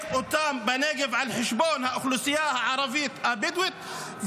אותם בנגב על חשבון האוכלוסייה הערבית הבדואית.